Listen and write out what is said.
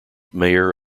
mayor